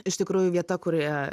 iš tikrųjų vieta kurioje